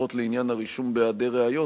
לפחות לעניין הרישום בהיעדר ראיות,